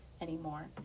anymore